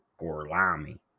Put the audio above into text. Gorlami